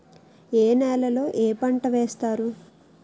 ఏ నేలలో ఏ పంట వేస్తారు?